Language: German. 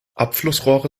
abflussrohre